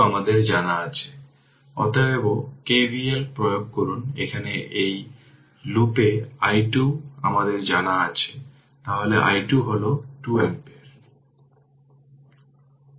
current i1 এই 5 Ω এবং 2 Ω পাওয়ার জন্য তারা সিরিজে সেই 3 Ω এর প্যারালেল এ রয়েছে